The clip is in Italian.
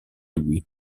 lui